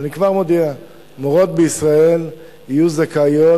אני כבר מודיע שמורות בישראל תהיינה זכאיות,